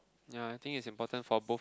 ya I think it's important for both